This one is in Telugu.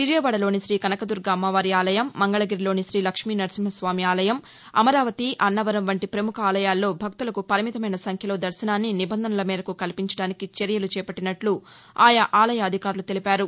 విజయవాడలోని శ్రీకనకదుర్గ అమ్మవారి ఆలయం మంగకగిరిలోని శ్రీలక్ష్మీనరసింహస్వామి ఆలయం అమరావతి అన్నవరం వంటి ప్రముఖ ఆలయాల్లో భక్తులకు పరిమితమైన సంఖ్యలో దర్శనాన్ని నిబంధనల మేరకు కల్పించడానికి చర్యలు చేపట్టినట్లు ఆయా ఆలయ అధికారులు తెలిపారు